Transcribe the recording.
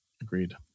Agreed